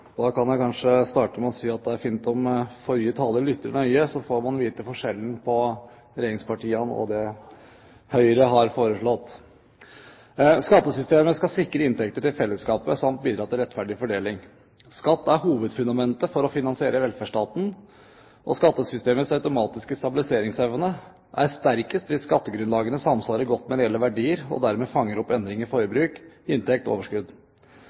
da tatt opp det forslaget han refererte til. Da kan jeg kanskje starte med å si at det er fint om forrige taler lytter nøye, så får han vite forskjellen på regjeringspartienes syn og det Høyre har foreslått. Skattesystemet skal sikre inntekter til fellesskapet samt bidra til rettferdig fordeling. Skatt er hovedfundamentet for å finansiere velferdsstaten, og skattesystemets automatiske stabiliseringsevne er sterkest hvis skattegrunnlagene samsvarer godt med reelle verdier og dermed fanger opp endring i forbruk, inntekt og overskudd.